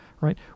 right